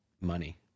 money